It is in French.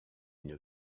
une